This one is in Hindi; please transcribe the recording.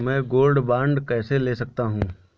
मैं गोल्ड बॉन्ड कैसे ले सकता हूँ?